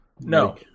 No